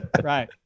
Right